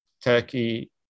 Turkey